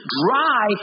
dry